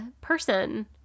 person